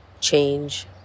change